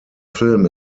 film